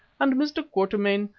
and mr. quatermain,